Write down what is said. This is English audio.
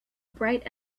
bright